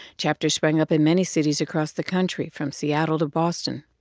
chapters sprang up in many cities across the country from seattle to boston.